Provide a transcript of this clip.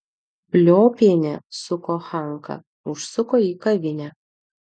pliopienė su kochanka užsuko į kavinę